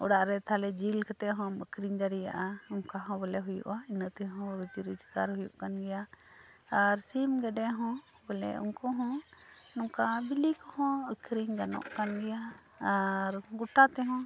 ᱚᱲᱟᱜ ᱨᱮ ᱡᱤᱞ ᱠᱟᱛᱮ ᱦᱚᱢ ᱟᱹᱠᱷᱟᱹᱨᱤᱧ ᱫᱟᱲᱮᱭᱟᱜᱼᱟ ᱚᱱᱠᱟ ᱦᱚᱸ ᱵᱚᱞᱮ ᱦᱩᱭᱩᱜᱼᱟ ᱤᱱᱟᱹ ᱛᱮᱦᱚᱸ ᱨᱩᱡᱤ ᱨᱚᱡᱜᱟᱨ ᱦᱩᱭᱩᱜ ᱠᱟᱱ ᱜᱮᱭᱟ ᱟᱨ ᱥᱤᱢ ᱜᱮᱰᱮ ᱦᱚᱸ ᱵᱚᱞᱮ ᱩᱱᱠᱩ ᱦᱚᱸ ᱱᱚᱝᱠᱟ ᱵᱤᱞᱤ ᱠᱚᱦᱚᱸ ᱟᱹᱠᱷᱟᱹᱨᱤᱧ ᱜᱟᱱᱚᱜ ᱠᱟᱱ ᱜᱮᱭᱟ ᱟᱨ ᱜᱚᱴᱟ ᱛᱮᱦᱚᱸ